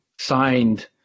signed